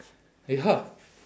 ya